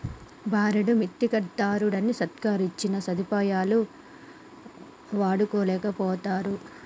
బారెడు మిత్తికడ్తరుగని సర్కారిచ్చిన సదుపాయాలు వాడుకోలేకపోతరు